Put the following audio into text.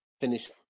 finish